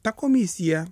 ta komisija